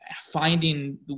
finding